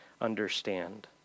understand